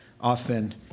often